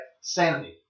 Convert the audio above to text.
sanity